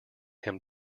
him